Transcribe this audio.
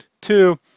Two